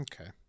Okay